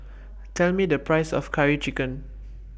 Tell Me The Price of Curry Chicken